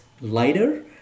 lighter